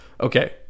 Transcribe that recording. okay